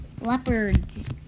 leopards